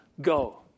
Go